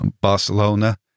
Barcelona